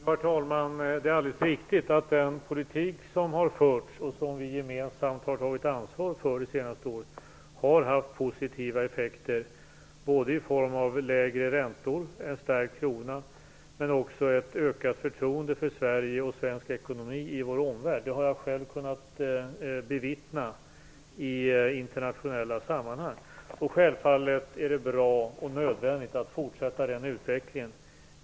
Herr talman! Det är alldeles riktigt att den politik som har förts och som vi gemensamt har tagit ansvar för det senaste året har haft positiva effekter både i form av lägre räntor och stärkt krona samt i form av ökat förtroende för Sverige och svensk ekonomi i vår omvärld. Det har jag själv kunnat bevittna i internationella sammanhang. Självfallet är det bra och nödvändigt att den utvecklingen fortsätter.